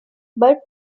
but